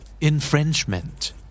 Infringement